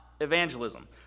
evangelism